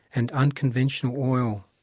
and unconventional oil